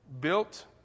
built